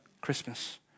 Christmas